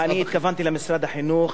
אני התכוונתי למשרד החינוך,